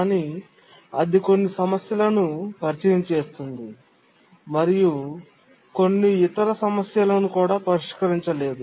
కానీ అది కొన్ని సమస్యలను పరిచయం చేస్తుంది మరియు కొన్ని ఇతర సమస్యలను కూడా పరిష్కరించలేదు